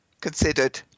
considered